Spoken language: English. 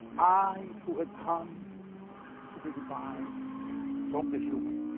i who had come to the divine from the human,